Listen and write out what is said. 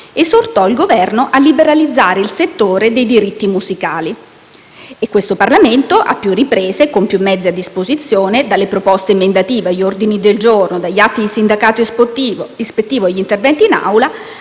esortò il Governo a liberalizzare il settore dei diritti musicali. E questo Parlamento, a più riprese e con più mezzi a disposizione (dalle proposte emendative agli ordini del giorno, dagli atti di sindacato ispettivo agli interventi in Aula),